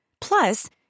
Plus